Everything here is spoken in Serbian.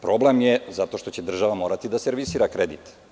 Problem je zato što će država morati da servisira kredit.